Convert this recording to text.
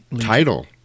title